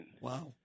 Wow